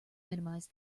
minimize